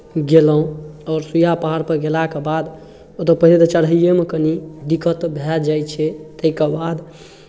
गेलहुँ आओर सुइआ पहाड़पर गेलाके बाद ओतय पहिले तऽ चढ़ैएमे कनी दिक्कत भए जाइ छै ताहिके बाद